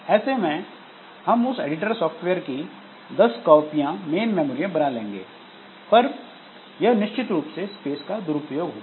ऐसे में हम उस एडिटर सॉफ्टवेयर की 10 कॉपियां मेन मेमोरी में बना लेंगे पर यह निश्चित रूप से स्पेस का दुरुपयोग होगा